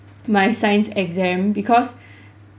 my science exam because